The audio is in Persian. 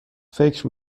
فکر